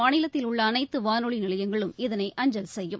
மாநிலத்தில் உள்ள அனைத்து வானொலி நிலையங்களும் இதனை அஞ்சல் செய்யும்